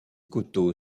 coteau